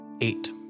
Eight